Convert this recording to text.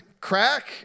crack